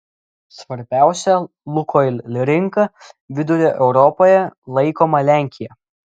svarbiausia lukoil rinka vidurio europoje laikoma lenkija